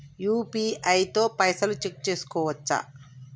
UPI తో పైసల్ చెక్ చేసుకోవచ్చా?